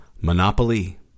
Monopoly